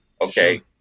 okay